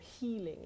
healing